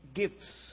gifts